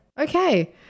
okay